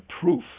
proof